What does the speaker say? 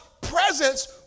presence